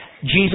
Jesus